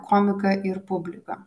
komiką ir publiką